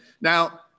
Now